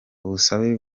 ubusabe